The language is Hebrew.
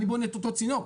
אני בונה את אותו צינור,